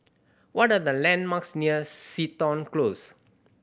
what are the landmarks near Seton Close